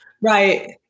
Right